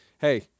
Hey